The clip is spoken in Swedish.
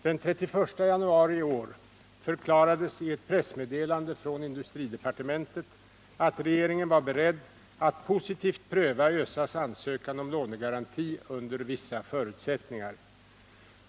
Den 31 januari i år förklarades i ett pressmeddelande från industridepartementet att regeringen var beredd att positivt pröva ÖSA:s ansökan om lånegaranti under vissa förutsättningar.